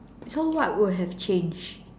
so what would have changed